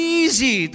easy